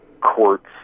courts